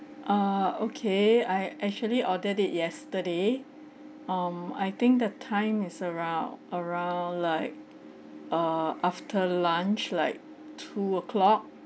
err okay I actually ordered it yesterday um I think the time is around around like err after lunch like two O'clock